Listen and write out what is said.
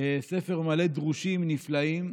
ספר מלא דרושים נפלאים,